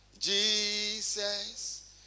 Jesus